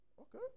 Okay